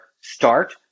start